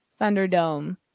thunderdome